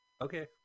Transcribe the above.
Okay